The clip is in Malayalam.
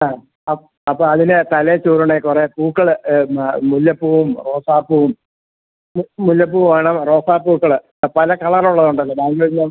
ആ ആ അപ്പോൾ അതിന് തലേൽ ചൂടണ കുറേ പൂക്കൾ എന്നാ മുല്ലപ്പൂവും റോസാപ്പൂവും ഇത് മുല്ലപ്പൂ വേണം റോസാപ്പൂക്കൾ ആ പല കളറുള്ളതുണ്ടല്ലോ ഞാൻ വരില്ല